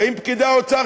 באים פקידי האוצר,